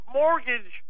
mortgage